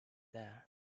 there